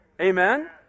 Amen